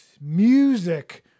music